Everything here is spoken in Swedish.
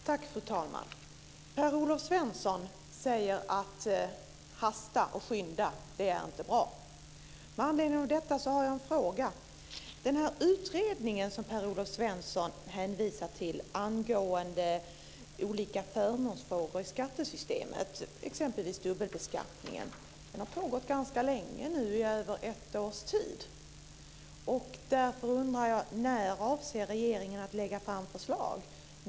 Fru talman! Per-Olof Svensson säger att det inte är bra att hasta och skynda. Med anledning av detta har jag en fråga. Den utredning som Per-Olof Svensson hänvisar till angående olika förmånsfrågor i skattesystemet, exempelvis dubbelbeskattningen, har pågått ganska länge nu, i över ett års tid. Därför undrar jag: När avser regeringen att lägga fram förslag?